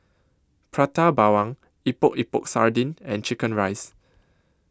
Prata Bawang Epok Epok Sardin and Chicken Rice